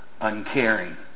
uncaring